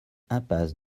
impasse